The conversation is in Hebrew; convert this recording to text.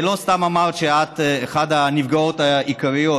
לא סתם אמרת שאת אחת הנפגעות העיקריות.